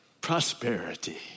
prosperity